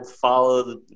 follow